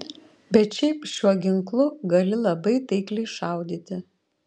bet šiaip šiuo ginklu gali labai taikliai šaudyti